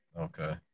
Okay